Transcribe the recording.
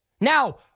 Now